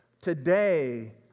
today